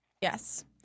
Yes